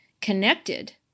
connected